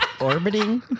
orbiting